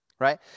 Right